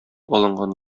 алынган